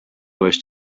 wise